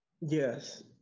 Yes